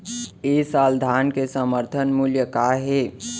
ए साल धान के समर्थन मूल्य का हे?